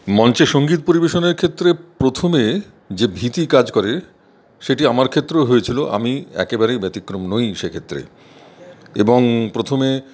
মঞ্চে সঙ্গীত পরিবেশনের ক্ষেত্রে প্রথমে যে ভীতি কাজ করে সেটি আমার ক্ষেত্রেও হয়েছিল আমি একেবারেই ব্যতিক্রম নই সেক্ষেত্রে এবং প্রথমে